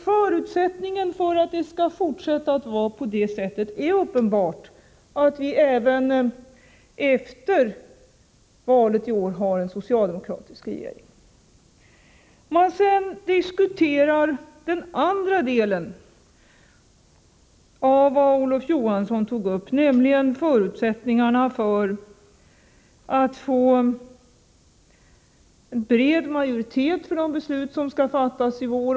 Förutsättningarna för att det skall fortsätta på detta sätt är uppenbarligen att vi även efter valet i år har en socialdemokratisk regering. Så till det andra som Olof Johansson tog upp, nämligen förutsättningarna för att få en bred majoritet för de beslut som skall fattas i vår.